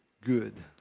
good